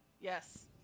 Yes